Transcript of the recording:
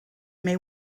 may